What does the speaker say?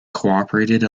cooperated